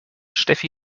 steffi